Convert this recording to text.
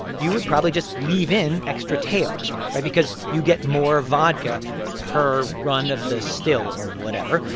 you would probably just leave in extra tails right? because you get more vodka per run of the still or whatever.